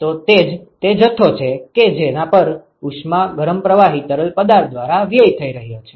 તો તે જ તે જથ્થો છે કે જેના પર ઉષ્મા ગરમ પ્રવાહી તરલ પદાર્થ દ્વારા વ્યય થઇ રહી છે